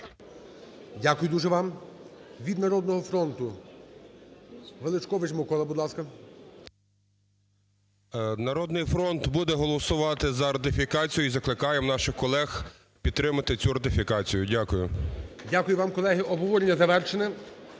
Дякую дуже вам. Від "Народного фронту" Величкович Микола, будь ласка. 11:23:59 ВЕЛИЧКОВИЧ М.Р. "Народний фронт" буде голосувати за ратифікацію і закликаємо наших колег підтримати цю ратифікацію. Дякую. ГОЛОВУЮЧИЙ. Дякую вам, колеги. Обговорення завершене.